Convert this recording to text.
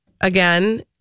again